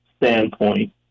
standpoint